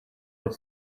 pod